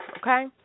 okay